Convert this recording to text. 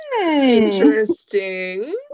Interesting